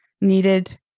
needed